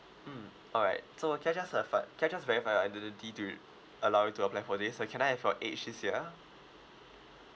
mm alright so uh can I just verify can I just verify under the duty to allow you to apply for this so can I have your age this year